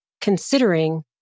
considering